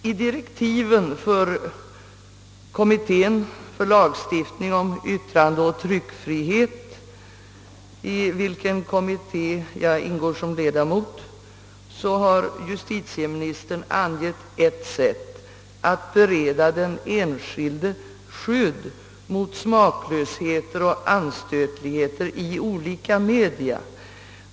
I direktiven för kommittén för lagstiftning om yttrandeoch tryckfrihet, vari jag ingår som ledamot, har justitiemi nistern angivit ett sätt att bereda den enskilde skydd mot smaklösheter och anstötligheter i olika media.